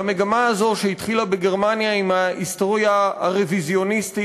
והמגמה הזו שהתחילה בגרמניה עם ההיסטוריה הרוויזיוניסטית,